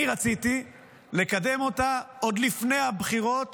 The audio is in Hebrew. אני רציתי לקדם אותה עוד לפני הבחירות